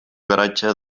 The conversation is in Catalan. garatge